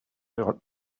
what